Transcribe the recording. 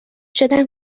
شدم